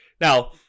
Now